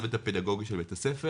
הצוות הפדגוגי של בית הספר